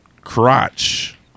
crotch